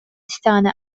истэҕинэ